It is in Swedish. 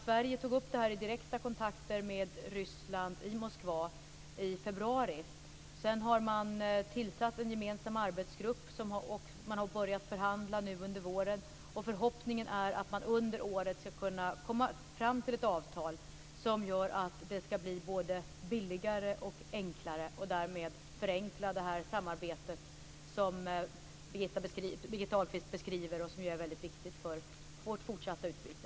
Sverige tog upp detta i direkta kontakter med Ryssland i Moskva i februari. Sedan har man tillsatt en gemensam arbetsgrupp som har börjat förhandla nu under våren. Förhoppningen är att man under året ska kunna komma fram till ett avtal som gör att det ska bli både billigare och enklare, och därmed förenklas det samarbete som Birgitta Ahlqvist beskriver och som är väldigt viktigt för vårt fortsatta utbyte.